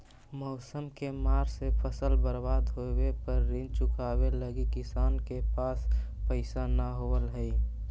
मौसम के मार से फसल बर्बाद होवे पर ऋण चुकावे लगी किसान के पास पइसा न होवऽ हइ